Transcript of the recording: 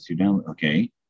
Okay